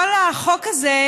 כל החוק הזה,